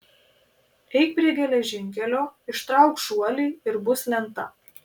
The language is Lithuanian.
eik prie geležinkelio ištrauk žuolį ir bus lenta